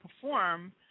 perform